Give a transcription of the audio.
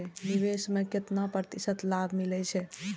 निवेश में केतना प्रतिशत लाभ मिले छै?